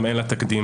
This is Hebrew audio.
אין לה תקדים